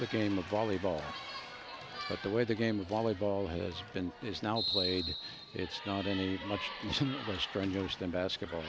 the game of volleyball but the way the game of volleyball has been is now played it's not any much less strenuous than basketball